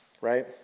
right